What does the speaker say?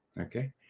Okay